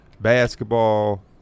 basketball